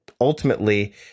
ultimately